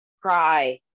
cry